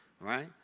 right